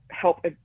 help